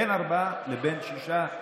בין ארבעה לשישה.